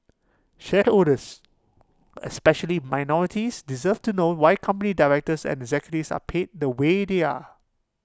shareholders especially minorities deserve to know why company directors and executives are paid the way they are